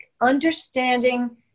understanding